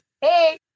hey